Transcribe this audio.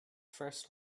first